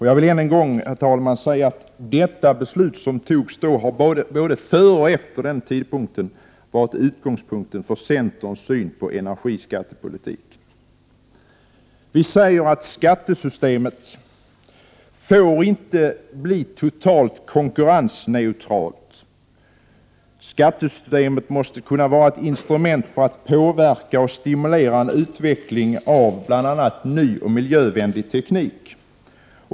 Jag vill än en gång, herr talman, säga att detta beslut både före och efter den tidpunkt då det fattades har varit utgångspunkten för centerns syn på energiskattepolitiken. Skattesystemet får inte, menar vi, bli totalt konkurrensneutralt. Skattesystemet måste kunna vara ett instrument för att påverka och stimulera en utveckling av bl.a. ny och miljövänlig teknik.